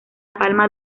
palma